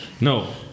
No